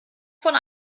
von